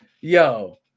Yo